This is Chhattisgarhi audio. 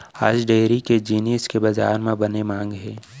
आज डेयरी के जिनिस के बजार म बने मांग हे